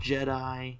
Jedi